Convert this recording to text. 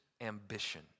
ambition